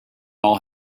all